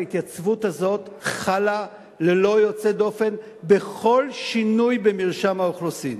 ההתייצבות הזאת חלה ללא יוצא דופן בכל שינוי במרשם האוכלוסין.